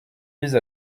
vise